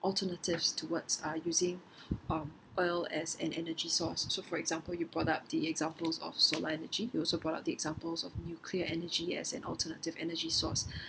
alternatives towards uh using um oil as an energy source so for example you brought up the examples of solar energy you also brought up the examples of nuclear energy as an alternative energy source